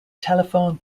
telephone